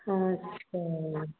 अच्छा